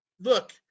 Look